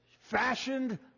fashioned